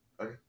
Okay